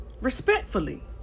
Respectfully